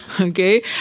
okay